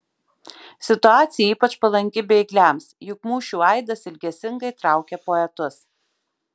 situacija ypač palanki bėgliams juk mūšių aidas ilgesingai traukia poetus